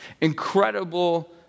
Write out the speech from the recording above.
Incredible